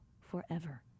forever